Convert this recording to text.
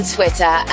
Twitter